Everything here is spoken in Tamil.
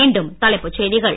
மீண்டும் தலைப்புச் செய்திகள்